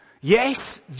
yes